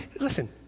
listen